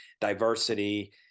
diversity